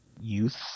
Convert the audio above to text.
youth